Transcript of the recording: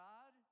God